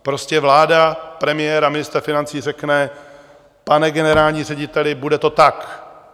Prostě vláda premiéra a ministra financí řekne: Pane generální řediteli, bude to tak.